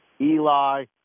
Eli